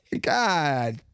God